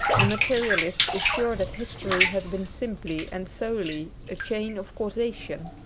the materialist is sure that history has been simply and solely a chain of causation,